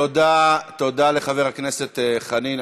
תודה לחבר הכנסת חנין.